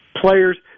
players